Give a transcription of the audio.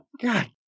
God